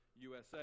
USA